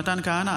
מתן כהנא,